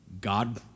God